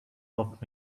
off